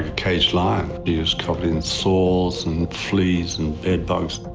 caged lion. he was covered in sores and fleas and bedbugs.